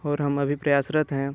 और हम अभी प्रयासरत हैं